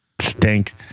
Stink